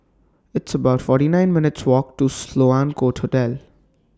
It's about forty nine minutes' Walk to Sloane Court Hotel